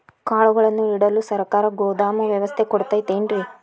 ಕಾಳುಗಳನ್ನುಇಡಲು ಸರಕಾರ ಗೋದಾಮು ವ್ಯವಸ್ಥೆ ಕೊಡತೈತೇನ್ರಿ?